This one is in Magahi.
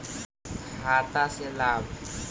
खाता से लाभ?